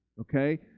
okay